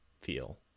feel